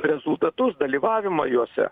rezultatus dalyvavimą juose